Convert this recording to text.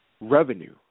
revenue